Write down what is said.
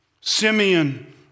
Simeon